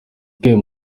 get